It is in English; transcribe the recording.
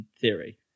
theory